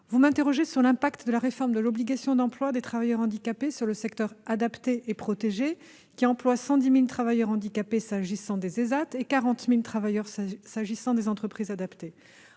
vous m'interrogez sur l'impact de la réforme de l'obligation d'emploi des travailleurs handicapés sur le secteur adapté et protégé, qui emploie 110 000 travailleurs handicapés s'agissant des ÉSAT, et 40 000 travailleurs s'agissant des entreprises adaptées.